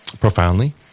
profoundly